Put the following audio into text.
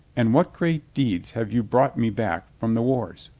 and what great deeds have you brought me back from the wars?